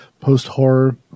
post-horror